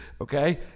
okay